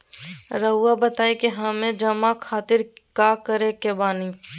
रहुआ बताइं कि हमें जमा खातिर का करे के बानी?